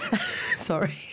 Sorry